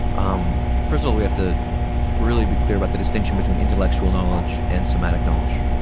um first of all, we have to really be clear about the distinction between intellectual knowledge and sematic knowledge.